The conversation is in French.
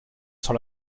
sur